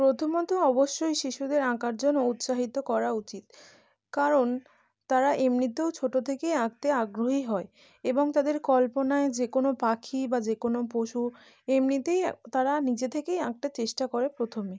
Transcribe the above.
প্রথমত অবশ্যই শিশুদের আঁকার জন্য উৎসাহিত করা উচিত কারণ তারা এমনিতেও ছোটো থেকেই আঁকতে আগ্রহী হয় এবং তাদের কল্পনায় যে কোনো পাখি বা যে কোনো পশু এমনিতেই তারা নিজে থেকেই আঁকটা চেষ্টা করে প্রথমে